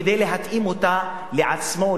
כדי להתאים אותו לעצמו,